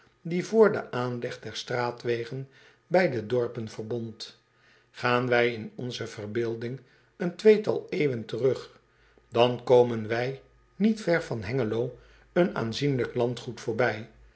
die vr den aanleg der straatwegen beide dorpen verbond aan wij in onze verbeelding een tweetal eeuwen terug dan komen wij niet ver van engelo een aanzienlijk landgoed voorbij